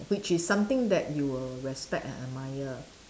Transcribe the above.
which is something that you will respect and admire